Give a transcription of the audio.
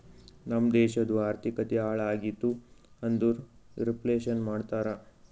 ನಮ್ ದೇಶದು ಆರ್ಥಿಕತೆ ಹಾಳ್ ಆಗಿತು ಅಂದುರ್ ರಿಫ್ಲೇಷನ್ ಮಾಡ್ತಾರ